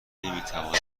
نمیتوانم